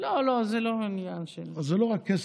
לא, לא, זה לא עניין של, זה לא רק כסף.